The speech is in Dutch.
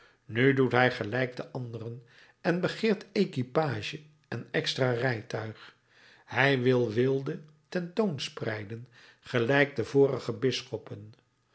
nu doet hij gelijk de anderen en begeert equipage en extra rijtuig hij wil weelde ten toon spreiden gelijk de vorige bisschoppen